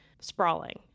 sprawling